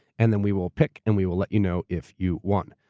and then we will pick, and we will let you know if you won.